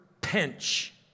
pinch